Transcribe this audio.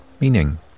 meaning